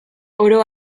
oro